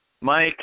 Mike